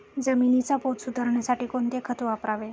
जमिनीचा पोत सुधारण्यासाठी कोणते खत वापरावे?